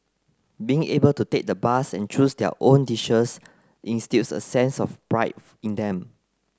being able to take the bus and choose their own dishes instils a sense of pride in them